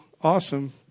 awesome